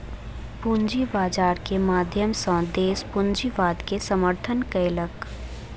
पूंजी बाजार के माध्यम सॅ देस पूंजीवाद के समर्थन केलक